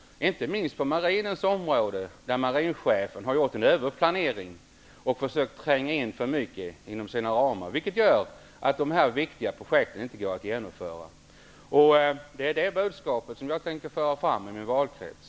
Det gäller inte minst på marinens område, där marinchefen har gjort en överplanering och försökt att tränga in för mycket inom sina ramar, vilket gör att dessa viktiga projekt inte går att genomföra. Det är detta budskap som jag tänker föra fram i min valkrets.